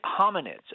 hominids